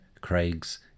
Craig's